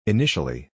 Initially